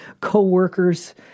coworkers